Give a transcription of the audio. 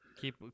Keep